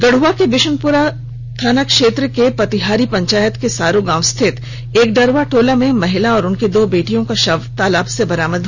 गढ़वा के बिशुनपुरा थाना क्षेत्र के पतिहारी पंचायत के सारो गांव स्थित एकडरवा टोला में महिला और उनकी दो बेटियों का शव तालाब से बरामद हुआ